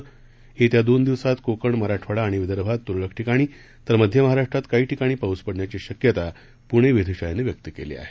तसंच येत्या दोन दिवसात कोकण मराठवाडा आणि विदर्भात तूरळक ठिकाणी तर मध्य महाराष्ट्रात काही ठिकाणी पाऊस पडण्याची शक्यता पूणे वेधशाळेनं वर्तवली आहे